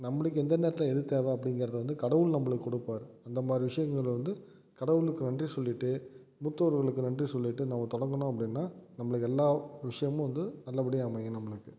நம்மளுக்கு எந்த நேரத்தில் எது தேவை அப்படிங்கிறத வந்து கடவுள் நம்மளுக்கு ககொடுப்பாரு அந்தமாதிரி விஷயங்களில் வந்து கடவுளுக்கு நன்றி சொல்லிட்டு மூத்தோர்களுக்கு நன்றி சொல்லிட்டு நாம் தொடங்குனோம் அப்படினா நம்மளுக்கு எல்லா விஷயமும் வந்து நல்லப்படியா அமையும் நம்மளுக்கு